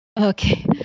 Okay